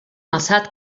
alçat